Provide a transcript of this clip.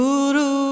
Guru